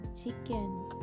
chickens